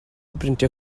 brintio